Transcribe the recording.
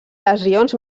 lesions